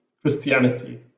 Christianity